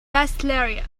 pastelaria